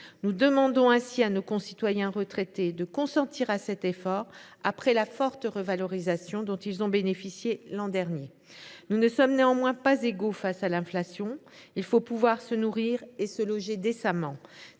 Nous demandons à nos concitoyens retraités de consentir à cet effort après la forte revalorisation dont ils ont bénéficié l’an dernier. Nous ne sommes néanmoins pas égaux face à l’inflation ; il faut pouvoir se nourrir et se loger décemment.